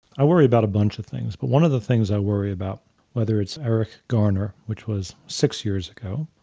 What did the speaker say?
i worry about a bunch of things. but one of the things i worry about whether it's eric garner, which was six years ago,